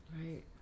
Right